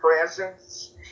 presence